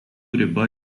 riba